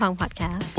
podcast